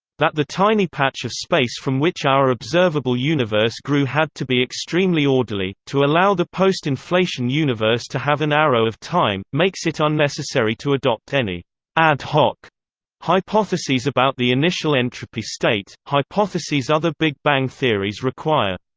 that the tiny patch of space from which our observable universe grew had to be extremely orderly, to allow the post-inflation universe to have an arrow of time, makes it unnecessary to adopt any ad hoc hypotheses about the initial entropy state, hypotheses other big bang theories require.